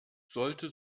sollte